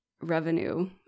revenue